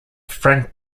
frank